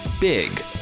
big